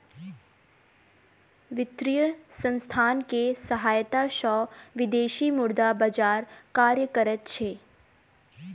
वित्तीय संसथान के सहायता सॅ विदेशी मुद्रा बजार कार्य करैत अछि